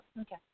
Okay